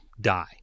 die